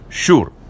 Sure